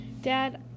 dad